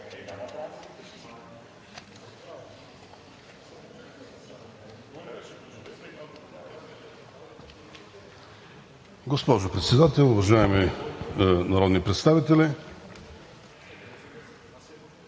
Госпожо Председател, уважаеми народни представители!